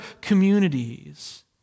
communities